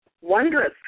wondrous